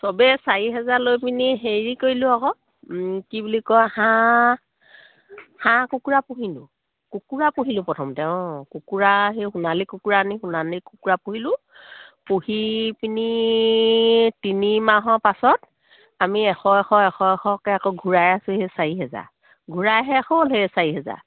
চবেই চাৰি হেজাৰ লৈ পিনি হেৰি কৰিলোঁ আকৌ কি বুলি কয় হাঁহ হাঁহ কুকুৰা পুহিলোঁ কুকুৰা পুহিলোঁ প্ৰথমতে অঁ কুকুৰা সেই সোণালি কুকুৰা আনি সোণালি কুকুৰা পুহিলোঁ পুহি পিনি তিনি মাহৰ পাছত আমি এশ এশ এশ এশকৈ আকৌ ঘূৰাই আছোঁ সেই চাৰি হেজাৰ ঘূৰাই শেষ হ'ল সেই চাৰি হেজাৰ